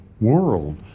world